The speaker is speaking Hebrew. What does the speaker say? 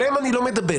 עליהם אני לא מדבר,